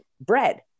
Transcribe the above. bread